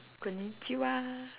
konichiwa